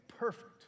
perfect